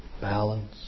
Balance